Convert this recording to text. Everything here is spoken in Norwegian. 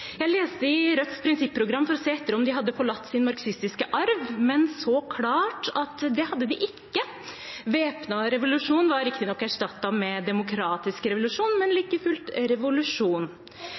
Jeg leste i Rødts prinsipprogram for å se etter om de hadde forlatt sin marxistiske arv, men så klart at det hadde de ikke. Væpnet revolusjon var riktignok erstattet med demokratisk revolusjon, men like fullt revolusjon.